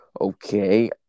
okay